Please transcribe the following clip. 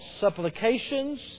supplications